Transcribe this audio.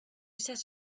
set